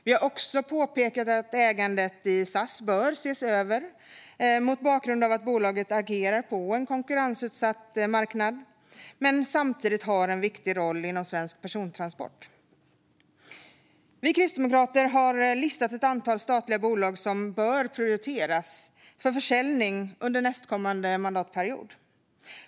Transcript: Vi har också påpekat att ägandet i SAS bör ses över mot bakgrund av att bolaget agerar på en konkurrensutsatt marknad men samtidigt har en viktig roll inom svensk persontransport. Vi kristdemokrater har listat ett antal statliga bolag som bör prioriteras för försäljning under nästkommande mandatperiod.